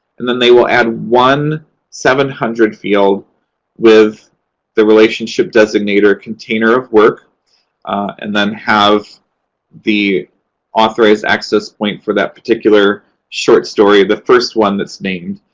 and then they will add one seven hundred field with the relationship designator container of work and then have the authorized access point for that particular short story, the first one that's named,